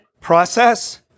process